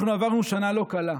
אנחנו עברנו שנה לא קלה,